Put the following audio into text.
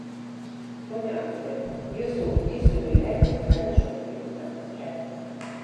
ponia aktore jūsų įsūniui leidus pranešu jums metas keltis